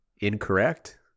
incorrect